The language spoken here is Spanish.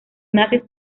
nazis